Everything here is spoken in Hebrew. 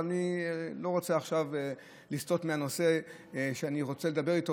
אבל אני לא רוצה עכשיו לסטות מהנושא שאני רוצה לדבר עליו,